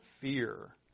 fear